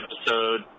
episode